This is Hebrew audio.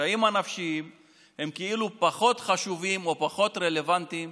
הקשיים הנפשיים הם פחות חשובים או פחות רלוונטיים